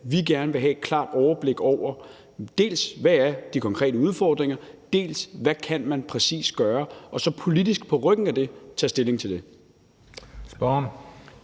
vi gerne vil have et klart overblik over – dels hvad de konkrete udfordringer er, dels hvad man præcis kan gøre – og så politisk på ryggen af det tage stilling til det. Kl.